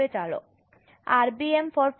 હવે ચાલો